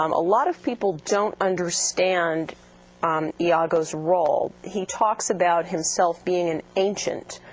um a lot of people don't understand iago's role. he talks about himself being an ancient,